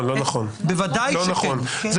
לא נכון, לא נכון.